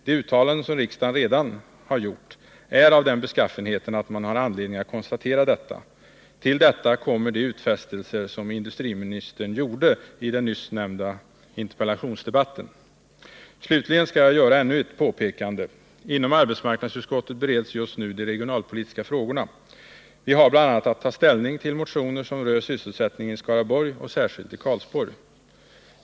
De uttalanden som riksdagen redan har gjort är av den beskaffenheten att man har anledning att konstatera detta. Härtill kommer de utfästelser som industriministern gjorde i den nyss nämnda interpellationsdebatten. Slutligen skall jag göra ännu ett påpekande. Inom arbetsmarknadsutskottet bereds just nu de regionalpolitiska frågorna. Vi har bl.a. att ta ställning till motioner som berör sysselsättningen i Skaraborg och särskilt i Karlsborg.